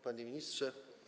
Panie Ministrze!